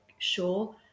sure